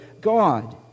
God